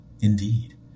Indeed